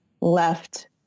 left